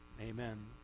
Amen